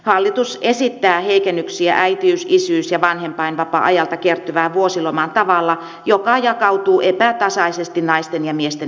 hallitus esittää heikennyksiä äitiys isyys ja vanhempainvapaa ajalta kertyvään vuosilomaan tavalla joka jakautuu epätasaisesti naisten ja miesten välillä